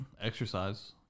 exercise